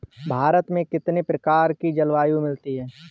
भारत में कितनी प्रकार की जलवायु मिलती है?